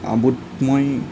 আমোদময়